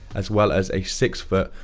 as well as, a six-foot,